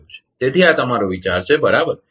તેથી આ તમારો વિચાર છે બરાબર